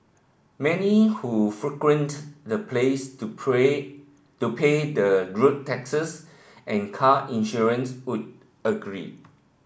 many who the place to pray to pay their rude taxes and car insurance would agree